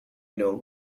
know